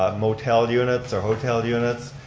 ah motel units or hotel units.